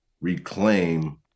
reclaim